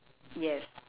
yes